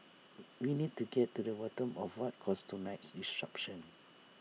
we need to get to the bottom of what caused tonight's disruption